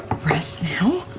rest now?